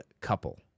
COUPLE